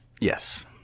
Yes